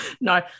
no